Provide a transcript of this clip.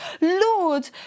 Lord